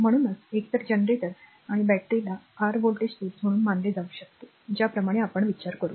म्हणूनच एकतर जनरेटर आणि बॅटरीला आर व्होल्टेज स्त्रोत म्हणून मानले जाऊ शकते ज्याप्रमाणे आपण विचार करू